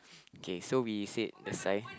okay so we said the side